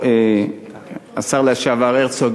השר לשעבר הרצוג,